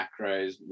macros